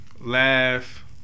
Laugh